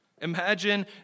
Imagine